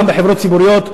גם בחברות הציבוריות,